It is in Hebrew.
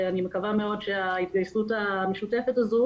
ואני מקווה מאוד שההתגייסות המשותפת הזו